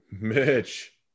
mitch